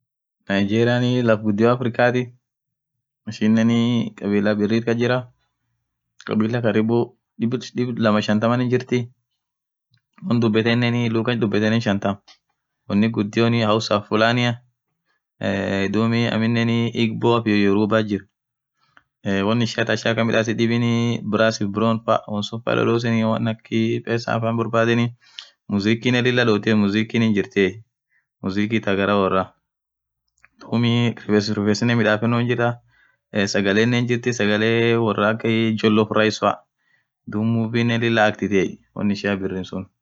Nigeria laff ghudio afrikathi ishinen kabila birrithi kas jira kabila karibu dhib lamaa shantam hijrthi won dhubetthu lugha dhubethen shantam wonin ghudio houser fulania ee dhubinen eboaf iyo rubbathi jira eee won ishia thaa ishin akhan midhaseth dib braside brown faa wonsun faa dhadhoseni won akii pesa faa borbadheni mzikinen lila dhothiye mziki hinjirthii mziki thaa garaaaà woraa dhub rifessinen midhafonea hinjira sagalenen hinjrthi sagale worra akhii jolp rice faa dhub movienen lila actithiye won ishian suun